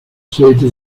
stellte